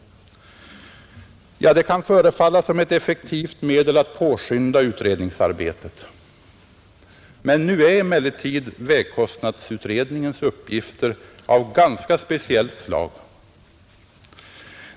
Detta kan förefalla som ett effektivt medel att påskynda utredningsarbetet. Nu är emellertid vägkostnadsutredningens uppgifter av ganska speciellt slag.